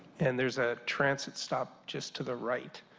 and there's a transit stop just to the right.